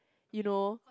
you know